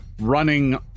running